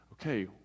okay